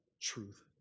truth